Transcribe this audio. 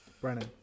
Brennan